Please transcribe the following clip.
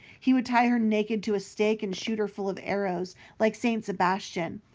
he would tie her naked to a stake and shoot her full of arrows like saint sebastian.